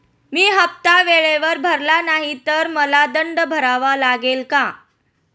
मी हफ्ता वेळेवर भरला नाही तर मला दंड भरावा लागेल का?